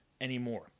anymore